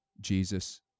Jesus